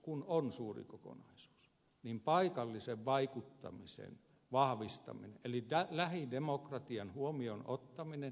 kun on suuri kokonaisuus niin paikallisen vaikuttamisen vahvistaminen eli lähidemokratian huomioon ottaminen päätöksentekojärjestelmässä on hyvin tärkeä asia